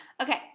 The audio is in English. Okay